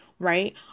right